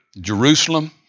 Jerusalem